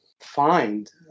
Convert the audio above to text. find